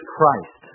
Christ